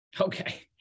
okay